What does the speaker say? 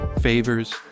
favors